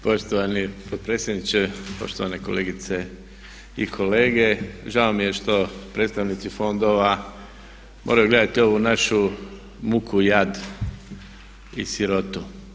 Poštovani potpredsjedniče, poštovane kolege i kolege žao mi je što predstavnici fondova moraju gledati ovu našu muku, jad i sirotu.